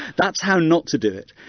that's how not to do it.